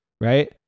right